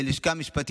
לצוות הלשכה המשפטית,